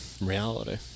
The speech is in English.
reality